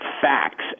facts